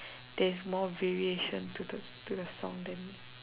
there's more variation to the to the song than